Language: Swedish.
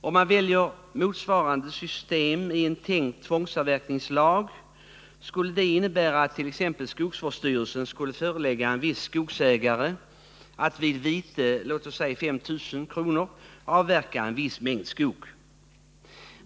: Om man väljer motsvarande system i en tänkt tvångsavverkningslag, så får det till följd att t.ex. skogsvårdsstyrelsen kan förelägga en viss skogsägare att vid vite av låt oss säga 5 000 kr. avverka en viss mängd skog.